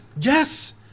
Yes